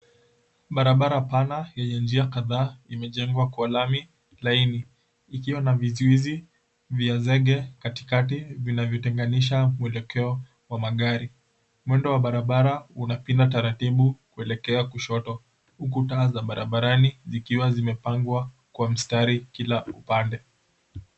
Barabara pana yenye njia kadhaa imejengwa kwa lami laini, ikiwa na vizuizi vya zege katikati vinavyotenganisha mwelekeo wa magari. Mwendo wa barabara unapinda taratibu kuelekea kushoto, huku taa za barabarani zikiwa zimepangwa kwa mstari kila upande.